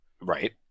Right